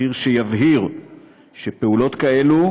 מחיר שיבהיר שפעולות כאלה,